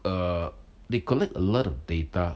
uh they collect a lot of data